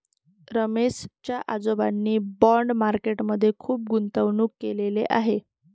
रमेश च्या आजोबांनी bond market मध्ये खुप गुंतवणूक केलेले आहे